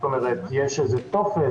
יש איזה טופס?